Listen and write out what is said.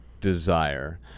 desire